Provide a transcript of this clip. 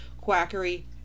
quackery